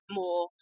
more